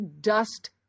dust